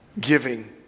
giving